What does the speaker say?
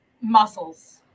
Muscles